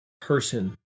person